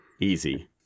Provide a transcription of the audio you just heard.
easy